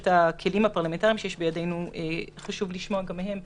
הכלים הפרלמנטריים שיש בידינו חשוב לשמוע גם מהם,